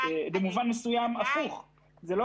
במובן מסוים ניתן לשאול שאלה הפוכה: למה